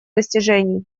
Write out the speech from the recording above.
достижений